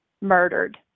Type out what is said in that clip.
murdered